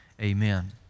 amen